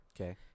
Okay